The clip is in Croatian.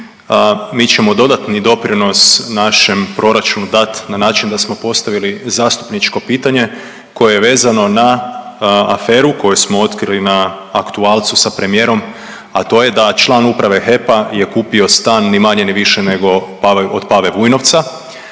Mi ćemo dodatni doprinos našem proračunu dati na način da smo postavili zastupničko pitanje koje je vezano na aferu koju smo otkrili na aktualcu sa premijerom, a to je da član Uprave HEP-a je kupio stan ni manje ni više nego od Pave Vujnovca,